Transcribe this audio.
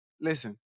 Listen